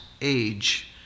age